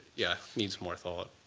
yeah, needs more thought.